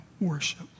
worship